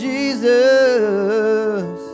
Jesus